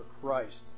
Christ